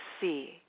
see